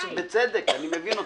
בצדק, אני מבין אותך.